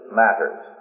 matters